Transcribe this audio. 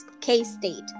K-State